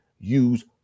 use